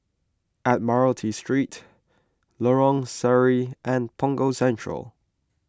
Admiralty Street Lorong Sari and Punggol Central